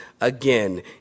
Again